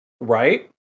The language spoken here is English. Right